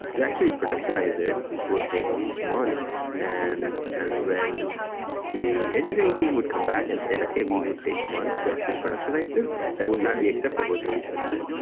to actually productionize it would take months. and and when the engineering team would come back and say that, hey, we would take months to actually productionize this, that would not be acceptable to research science,